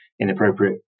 inappropriate